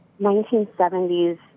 1970s